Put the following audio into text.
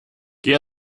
geh